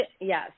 yes